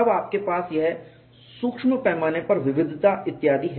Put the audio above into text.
तब आपके पास यह सूक्ष्म पैमाने पर विविधता इत्यादि है